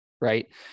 right